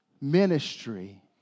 ministry